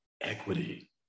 equity